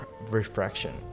refraction